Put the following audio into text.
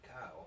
cow